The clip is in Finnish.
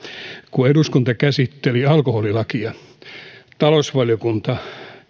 kun eduskunta käsitteli alkoholilakia talousvaliokunnassa